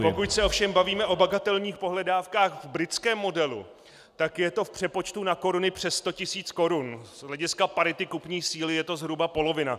Pokud se ovšem bavíme o bagatelních pohledávkách v britském modelu, tak je to v přepočtu na koruny přes sto tisíc korun, z hlediska parity kupní síly je to zhruba polovina.